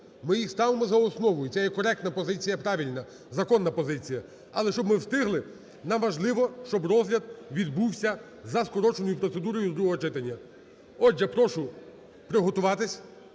Ми їх ставимо за основу, і це є коректна позиція, правильна, законна позиція. Але щоб ми встигли, нам важливо, щоб розгляд відбувся за скороченою процедурою з другого читання. Отже, прошу приготуватись